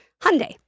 Hyundai